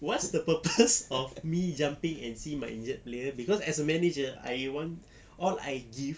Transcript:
what's the purpose of me jumping and see my injured player cause as a manager I want all I give